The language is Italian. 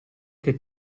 che